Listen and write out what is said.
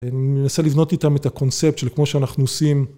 אני מנסה לבנות איתם את הקונספט של כמו שאנחנו עושים.